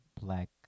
black